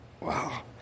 wow